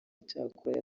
icyakora